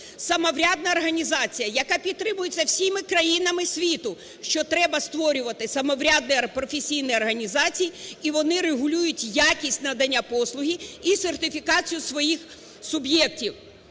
самоврядна організація, яка підтримується всіма країнами світу, що треба створювати самоврядні професійні організації, і вони регулюють якість надання послуги і сертифікацію своїх суб'єктів.